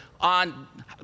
on